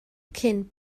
cyn